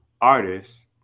artists